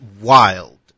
wild